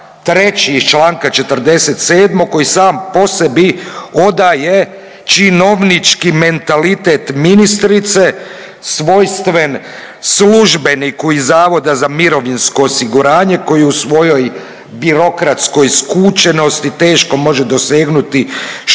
st. 3. iz čl. 47 koji sam po sebi odaje činovnički mentalitet ministrice svojstven službeniku iz zavoda za mirovinsko osiguranje koji u svojoj birokratskoj skučenosti teško može dosegnuti što